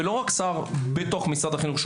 ולא רק שר בתוך משרד החינוך,